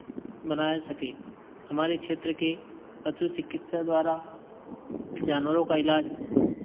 बना सके हमारे क्षेत्र के पशु चिकित्सक द्वारा जानवरों का इलाज